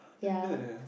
damn bad leh